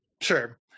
Sure